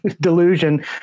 delusion